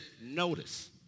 notice